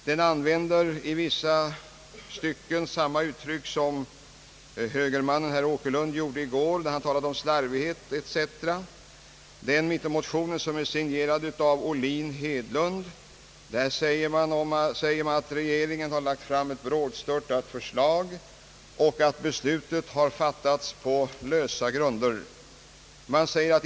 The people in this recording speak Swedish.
Den använder i vissa stycken samma uttryck som högermannen herr Åkerlund gjorde i går, när han talade om propositionen som tillkommit i »slarvighet» etc. I mittenmotionen, som är signerad av herrar Ohlin och Hedlund, säger man, att regeringen har lagt fram »brådstörtade förslag» och att beslutet har fattats »på lösa grunder».